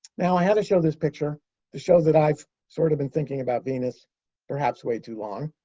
now, i had to show this picture to show that i've sort of been thinking about venus perhaps way too long.